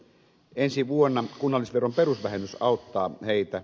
ensi vuonna kunnallisveron perusvähennys auttaa heitä